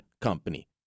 company